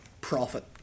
profit